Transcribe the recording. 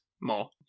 more